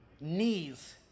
Knees